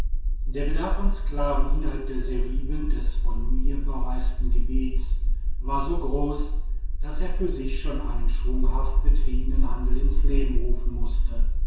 der bedarf an sklaven innerhalb der seriben des von mir bereisten gebietes war so groß daß er für sich schon einen schwunghaft betriebenen handel ins leben rufen mußte